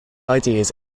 ideas